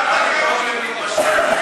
חבר הכנסת שי פירון, למה אתה מקבל את העונש הזה?